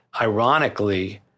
Ironically